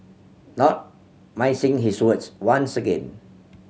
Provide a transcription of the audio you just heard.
not his words once again